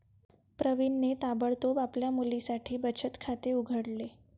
प्रवीणने ताबडतोब आपल्या मुलीसाठी बचत खाते उघडले